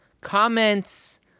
comments